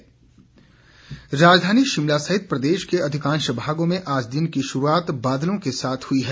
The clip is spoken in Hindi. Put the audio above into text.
मौसम राजधानी शिमला सहित प्रदेश के अधिकांश भागों में आज दिन की शुरूआत हल्के बादलों के साथ हुई है